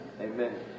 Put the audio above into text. amen